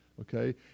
Okay